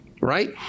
Right